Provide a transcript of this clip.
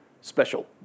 special